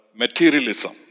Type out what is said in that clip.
materialism